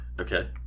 Okay